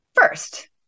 first